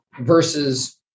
versus